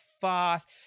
fast